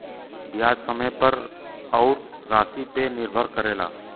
बियाज समय पे अउर रासी पे निर्भर करेला